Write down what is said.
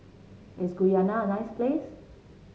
is Guyana a nice place